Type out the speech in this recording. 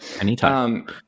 Anytime